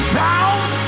bound